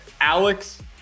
Alex